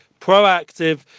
proactive